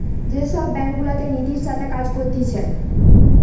যে সব ব্যাঙ্ক গুলাতে নীতির সাথে কাজ করতিছে